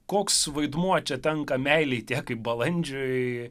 koks vaidmuo čia tenka meilei tiek kaip balandžiui